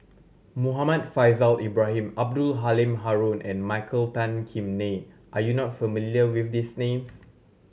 Muhammad Faishal Ibrahim Abdul Halim Haron and Michael Tan Kim Nei are you not familiar with these names